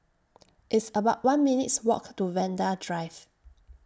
It's about one minutes' Walk to Vanda Drive